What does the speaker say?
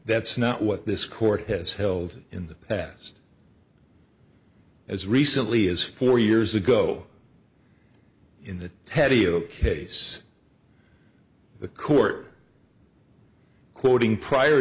that's not what this court has held in the past as recently as four years ago in that teddy you case the court quoting prior